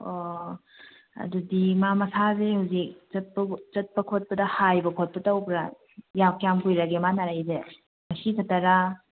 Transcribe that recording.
ꯑꯣ ꯑꯗꯨꯗꯤ ꯃꯥ ꯃꯁꯥꯁꯦ ꯍꯧꯖꯤꯛ ꯆꯠꯄ ꯈꯣꯠꯄꯗ ꯍꯥꯏꯕ ꯈꯣꯠꯄ ꯇꯧꯕ꯭ꯔ ꯀꯌꯥꯝ ꯀꯨꯏꯔꯒꯦ ꯃꯥ ꯅꯥꯔꯛꯏꯁꯦ ꯉꯁꯤ ꯈꯛꯇꯔ